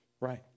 right